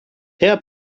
herr